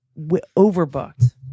overbooked